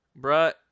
Bruh